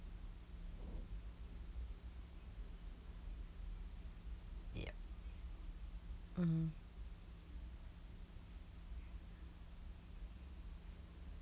yup mmhmm